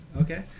Okay